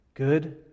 good